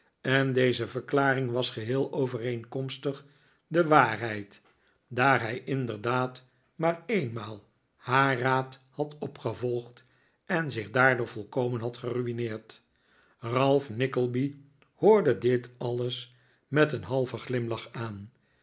en deze verklaring was geheel overeenkomstig de waarheid daar hij inderdaad maar eenmaal haar raad had opgevolgd en zich daardoor volkomen had geru'ineerd ralph nickleby hoorde dit alles met een halven glimlach aan